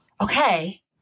Okay